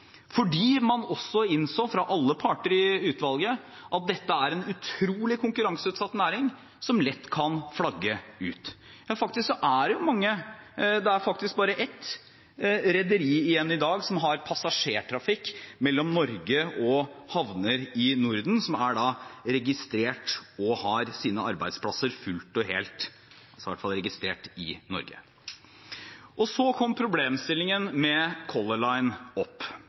alle parter i utvalget innså at dette er en utrolig konkurranseutsatt næring som lett kan flagge ut. Faktisk er det bare ett rederi igjen i dag som har passasjertrafikk mellom Norge og havner i Norden som er registrert og har sine arbeidsplasser fullt og helt her – i hvert fall som er registrert i Norge. Da problemstillingen med Color Line kom opp,